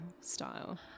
style